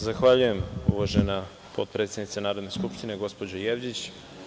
Zahvaljujem, uvažena potpredsednice Narodne skupštine gospođo Jevđić.